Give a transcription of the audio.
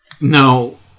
No